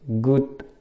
good